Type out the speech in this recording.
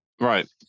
Right